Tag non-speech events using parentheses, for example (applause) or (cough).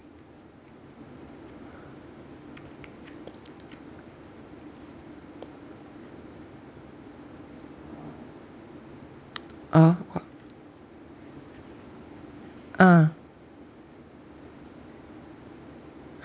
(noise) uh !wah! a'ah